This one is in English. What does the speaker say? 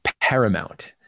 paramount